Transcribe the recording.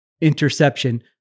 interception